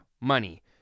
money